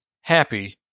happy